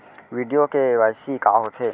video KYC का होथे